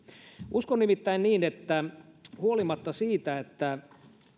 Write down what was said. uskon nimittäin niin että huolimatta siitä